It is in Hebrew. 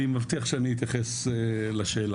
אני מבטיח שאני אתייחס לשאלה.